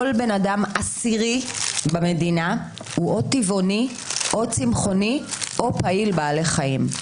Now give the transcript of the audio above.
כל בן אדם עשירי במדינה הוא או טבעוני או צמחוני או פעיל בעלי חיים.